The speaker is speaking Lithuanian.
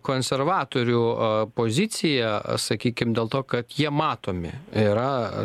konservatorių a poziciją sakykim dėl to kad jie matomi yra